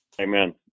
Amen